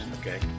okay